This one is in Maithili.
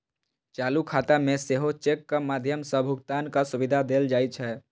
चालू खाता मे सेहो चेकक माध्यम सं भुगतानक सुविधा देल जाइ छै